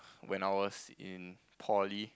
when I was in poly